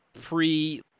pre